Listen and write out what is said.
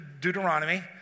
Deuteronomy